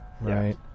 right